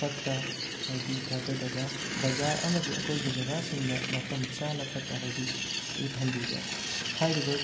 ꯐꯠꯇ ꯍꯥꯎꯊꯤ ꯊꯥꯗꯗꯕ ꯕꯖꯥꯔ ꯑꯃꯗꯤ ꯑꯀꯣꯏꯕ ꯖꯒꯥꯁꯤꯡꯗ ꯃꯐꯝ ꯆꯥꯅ ꯐꯠꯇ ꯍꯥꯎꯊꯤ ꯒꯤ ꯊꯝꯕꯤꯕ ꯍꯥꯏꯔꯤꯕ